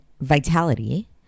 vitality